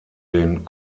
den